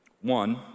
One